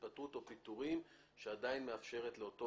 התפטרות או פיטורים שעדיין מאפשרת לאותו